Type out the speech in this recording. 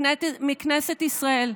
מכנסת ישראל,